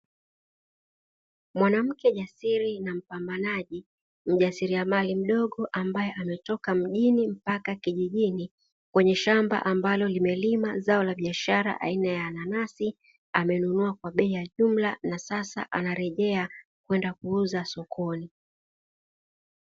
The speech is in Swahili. Mwanamke jasiri na mpambanaji, mjasiriamali mdogo ambaye ametoka mjini mpaka kijijini kwenye shamba ambalo limelimwa zao la biashara aina ya nanasi; amenunua kwa bei ya jumla na sasa anarejea kwenda kuuza sokoni.